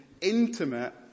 intimate